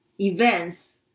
events